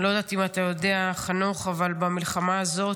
אני לא יודעת אם אתה יודע, חנוך, אבל במלחמה הזאת